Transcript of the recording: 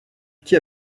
qui